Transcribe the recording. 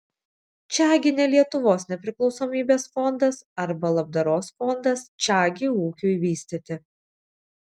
čiagi ne lietuvos nepriklausomybės fondas arba labdaros fondas čiagi ūkiui vystyti